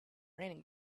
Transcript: raining